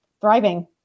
thriving